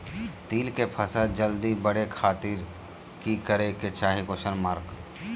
तिल के फसल जल्दी बड़े खातिर की करे के चाही?